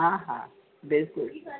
हा हा बिल्कुलु